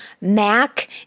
Mac